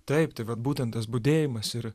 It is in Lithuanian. taip tai vat būtent tas budėjimas ir